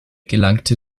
gelangte